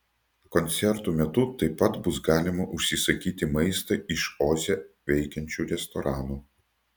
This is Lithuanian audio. koncertų metu taip pat bus galima užsisakyti maistą iš oze veikiančių restoranų